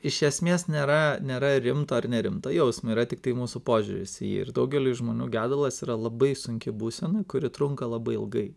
iš esmės nėra nėra rimto ar nerimto jausmo yra tiktai mūsų požiūris į jį ir daugeliui žmonių gedulas yra labai sunki būsena kuri trunka labai ilgai